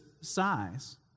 size